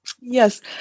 Yes